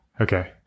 okay